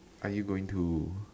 are you going to